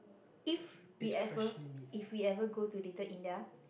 if we ever if we ever go to Little-India